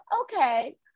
Okay